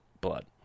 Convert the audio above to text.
blood